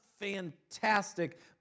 fantastic